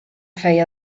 feia